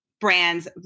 brands